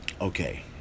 Okay